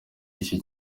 iki